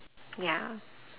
ya